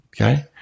okay